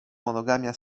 monogamia